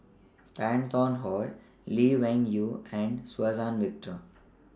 Tan Tarn How Lee Wung Yew and Suzann Victor